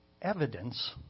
Evidence